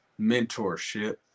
mentorship